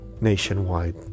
nationwide